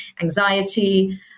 anxiety